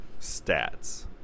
stats